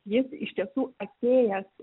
jis iš tiesų atėjęs